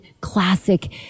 classic